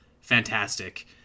fantastic